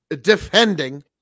defending